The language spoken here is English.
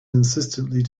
insistently